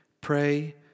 pray